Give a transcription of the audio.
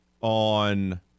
on